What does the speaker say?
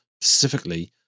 specifically